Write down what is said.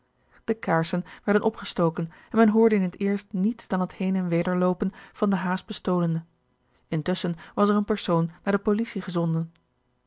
de kaarsen werden opgestoken en men hoorde in het eerst niets dan het heen en weder loopen van den haast bestolene intusschen was er een persoon naar de policie gezonden